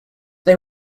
they